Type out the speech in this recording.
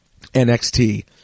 NXT